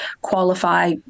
qualify